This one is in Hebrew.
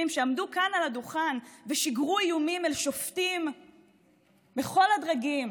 שעמדו כאן על הדוכן ושיגרו איומים אל שופטים בכל הדרגים,